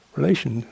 relation